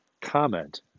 comment